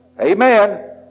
Amen